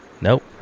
Nope